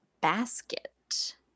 Basket